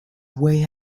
way